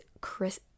chris